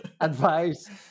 advice